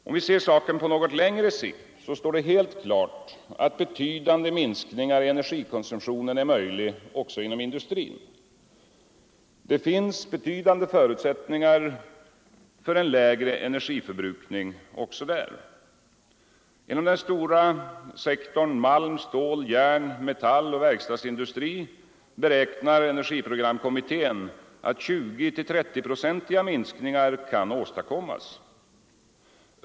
Ser man saken på något längre sikt står det helt klart att betydande minskningar i energikonsumtionen är möjliga också inom industrin. Det finns betydande förutsättningar för en lägre energiförbrukning inom industrin. Inom den stora sektorn malm-, stål-, järn-, metalloch verkstadsindustri beräknar energiprogramkommittén att 20-30-procentiga minskningar kan åstadkommas.